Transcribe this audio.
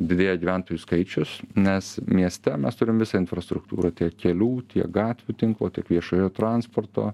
didėja gyventojų skaičius nes mieste mes turim visą infrastruktūrą tiek kelių tiek gatvių tinklo tik viešojo transporto